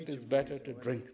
it is better to drink